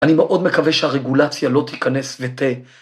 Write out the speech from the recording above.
‫אני מאוד מקווה שהרגולציה ‫לא תיכנס ות...